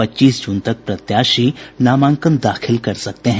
पच्चीस जून तक प्रत्याशी नामांकन दाखिल कर सकते हैं